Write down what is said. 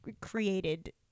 created